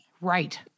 Right